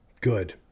good